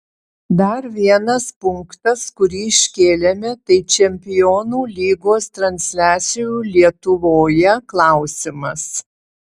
dar vienas punktas kurį iškėlėme tai čempionų lygos transliacijų lietuvoje klausimas